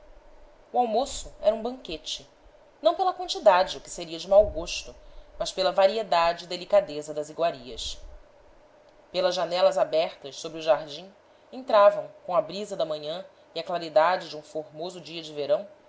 o almoço era um banquete não pela quantidade o que seria de mau gosto mas pela variedade e delicadeza das iguarias pelas janelas abertas sobre o jardim entravam com a brisa da manhã e a claridade de um formoso dia de verão